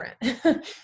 different